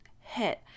hit